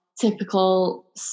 typical